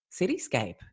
cityscape